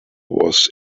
was